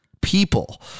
people